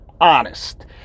honest